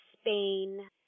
Spain